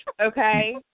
okay